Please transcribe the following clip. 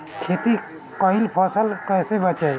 खेती कईल फसल कैसे बचाई?